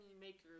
makers